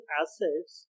assets